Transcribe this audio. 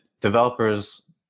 developers